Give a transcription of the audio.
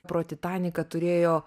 pro titaniką turėjo